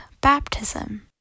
baptism